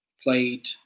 played